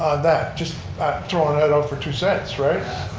um that. just throwing that out for two cents, right.